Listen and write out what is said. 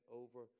over